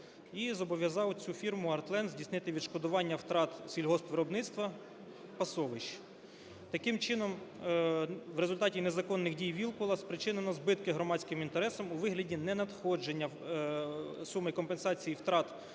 і зобов'язав цю фірму "АРТ ЛЕНД" здійснити відшкодування втрат сільгоспвиробництва пасовищ. Таким чином в результаті незаконних дій Вілкула спричинено збитки громадським інтересам у вигляді ненадходження суми компенсації втрат